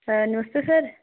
नमस्ते sir